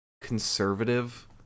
conservative